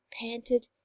panted